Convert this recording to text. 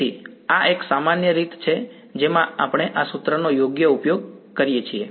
તેથી આ એક સામાન્ય રીત છે જેમાં આપણે આ સૂત્રનો યોગ્ય ઉપયોગ કરી શકીએ છીએ